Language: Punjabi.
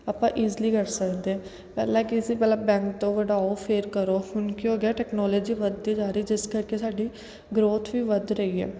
ਆਪਾਂ ਇਜਿਲੀ ਕਰ ਸਕਦੇ ਪਹਿਲਾ ਕੀ ਸੀ ਪਹਿਲਾਂ ਬੈਂਕ ਤੋਂ ਕਢਾਓ ਫਿਰ ਕਰੋ ਹੁਣ ਕੀ ਹੋ ਗਿਆ ਟੈਕਨੋਲੋਜੀ ਵਧਦੀ ਜਾ ਰਹੀ ਜਿਸ ਕਰਕੇ ਸਾਡੀ ਗਰੋਥ ਵੀ ਵੱਧ ਰਹੀ ਹੈ